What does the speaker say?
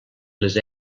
les